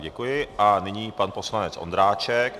Děkuji a nyní pan poslanec Ondráček.